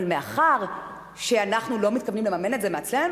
אבל מאחר שאנחנו לא מתכוונים לממן את זה מעצמנו,